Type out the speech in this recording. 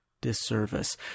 disservice